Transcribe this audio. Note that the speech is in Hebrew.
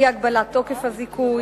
אי-הגבלת תוקף הזיכוי,